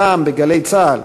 הפעם ב"גלי צה"ל",